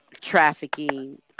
trafficking